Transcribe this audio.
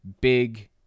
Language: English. big